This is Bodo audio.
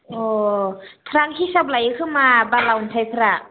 अ ट्राक हिसाब लायो खोमा बाला अन्थाइफ्रा